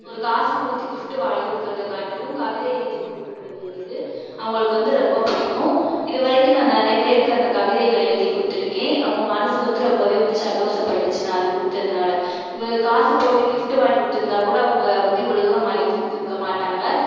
ஒரு காசு கொடுத்து கிஃப்ட் வாங்கி கொடுக்குறத காட்டிலும் கவிதை எழுதி கொடுக்குறது வந்து அவங்களுக்கு வந்து ரொம்ப பிடிக்கும் இது வரைக்கும் நான் நிறைய பேருக்கு அந்த கவிதைகள் எழுதி கொடுத்துருக்கேன் அவங்க மனது வந்து ரொம்பவே வந்து சந்தோசப்பட்டுச்சு நான் அது கொடுத்ததுனால வெ காசு போட்டு கிஃப்ட் வாங்கி கொடுத்துருந்தா கூட அவங்க வந்து இவ்வளோ தூரம் மகிழ்ந்திருக்கமாட்டாங்கள்